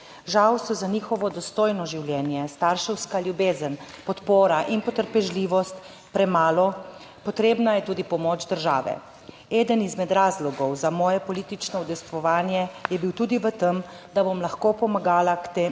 Žal so za njihovo dostojno življenje starševska ljubezen, podpora in potrpežljivost premalo, potrebna je tudi pomoč države. Eden izmed razlogov za moje politično udejstvovanje je bil tudi v tem, da bom lahko pripomogla k temu,